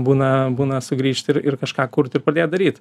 būna būna sugrįžt ir ir kažką kurt ir pradėt daryt